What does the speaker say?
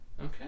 Okay